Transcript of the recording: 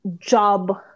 job